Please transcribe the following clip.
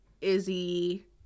izzy